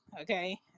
Okay